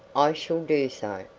i shall do so,